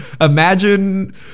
imagine